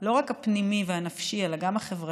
ולא רק הפנימי והנפשי אלא גם החברתי,